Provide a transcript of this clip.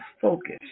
focus